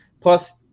Plus